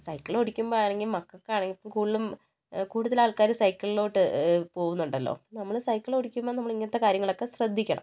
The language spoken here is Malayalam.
സൈക്കിൾ ഓടിക്കുമ്പോൾ ആണെങ്കിൽ മക്കൾക്ക് ആണെങ്കിലും കൂടുതലും കൂടുതൽ ആൾക്കാർ സൈക്കിളിലോട്ട് പോവുന്നുണ്ടല്ലോ നമ്മൾ സൈക്കിൾ ഓടിക്കുമ്പോൾ നമ്മളിങ്ങനെത്തെ കാര്യങ്ങളൊക്കെ ശ്രദ്ധിക്കണം